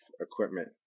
equipment